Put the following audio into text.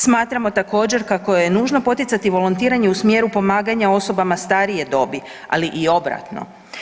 Smatramo također kako je nužno poticati volontiranje u smjeru pomaganja osobama starije dobi, ali i obratno.